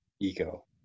ego